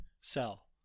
sell